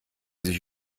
sich